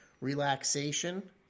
relaxation